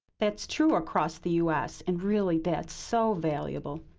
that's true across the us and really, that's so valuable.